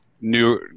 new